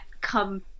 come